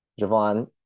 Javon